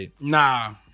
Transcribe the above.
nah